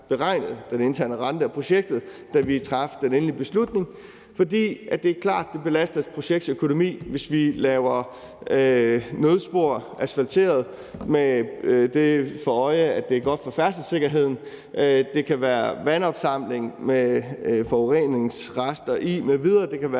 beregnet den interne rente af projektet, da vi traf den endelige beslutning, for det er klart, at det belaster et projekts økonomi, hvis vi laver nødspor asfalteret med det for øje, at det er godt for færdselssikkerheden. Det kan være vandopsamling med forureningsrester i m.v. Det kan være